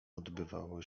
odbywało